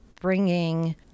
bringing